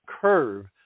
curve